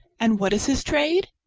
and what is his trade?